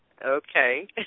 Okay